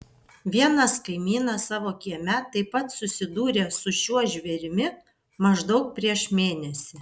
vienas kaimynas savo kieme taip pat susidūrė su šiuo žvėrimi maždaug prieš mėnesį